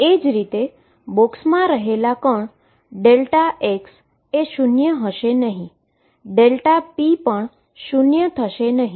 એ જ રીતે બોક્સમા રહેલા પાર્ટીકલ x શુન્ય થશે નહી p પણ શુન્ય થશે નહી